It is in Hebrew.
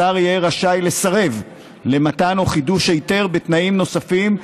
השר יהיה רשאי לסרב למתן או לחידוש היתר בתנאים נוספים,